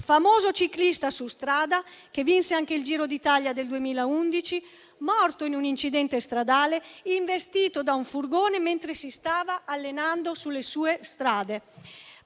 famoso ciclista su strada che vinse anche il Giro d'Italia del 2011, morto in un incidente stradale, investito da un furgone mentre si stava allenando sulle sue strade.